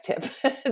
tip